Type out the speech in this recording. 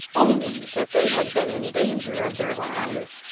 only that they had been in danger of their lives,